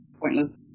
Pointless